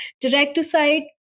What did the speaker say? direct-to-site